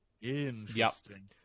interesting